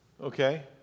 okay